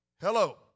Hello